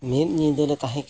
ᱢᱤᱫ ᱧᱤᱫᱟᱹ ᱞᱮ ᱛᱟᱦᱮᱸ ᱠᱟᱱᱟ